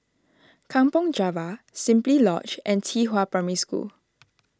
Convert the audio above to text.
Kampong Java Simply Lodge and Qihua Primary School